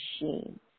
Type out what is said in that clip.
machine